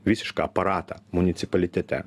visišką aparatą municipalitete